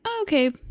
okay